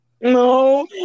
No